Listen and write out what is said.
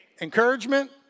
Encouragement